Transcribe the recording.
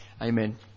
Amen